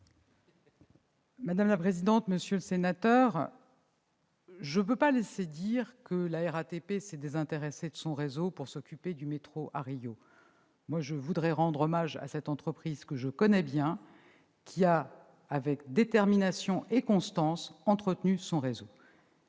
Mme la ministre. Monsieur le sénateur, je ne peux pas laisser dire que la RATP s'est désintéressée de son réseau pour s'occuper du métro de Rio. Je tiens à rendre hommage à cette entreprise que je connais bien : elle a, avec détermination et constance, entretenu son réseau.